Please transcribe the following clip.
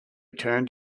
turned